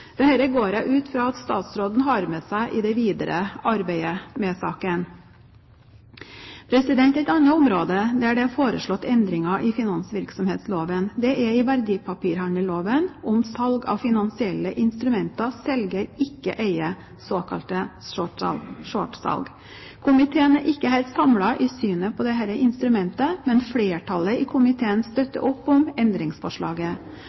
går jeg ut fra at statsråden har med seg i det videre arbeidet med saken. Et annet område der det er foreslått endringer i finansieringsvirksomhetsloven, er i verdipapirhandelloven om salg av finansielle instrumenter selger ikke eier, såkalte shortsalg. Komiteen er ikke helt samlet i synet på dette instrumentet, men flertallet i komiteen